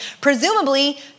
presumably